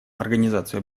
организация